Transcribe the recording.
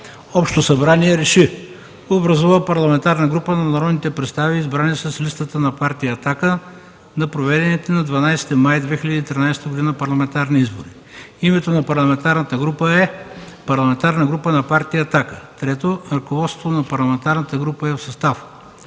Общото събрание реши: 1. Образува парламентарна група на народните представители, избрани с листата на Партия „Атака” на проведените на 12 май 2013 г. парламентарни избори. 2. Името на парламентарната група е Парламентарна група на Партия „Атака”. 3. Ръководството на парламентарната група е в състав: